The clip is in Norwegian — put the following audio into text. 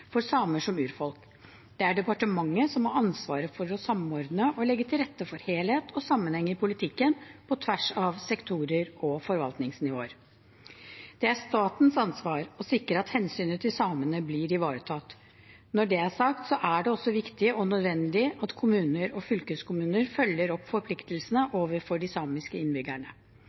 for samer som urfolk. Det er departementet som har ansvaret for å samordne og legge til rette for helhet og sammenheng i politikken på tvers av sektorer og forvaltningsnivåer. Det er statens ansvar å sikre at hensynet til samene blir ivaretatt. Når det er sagt, er det også viktig og nødvendig at kommuner og fylkeskommuner følger opp forpliktelsene overfor de samiske